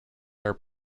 are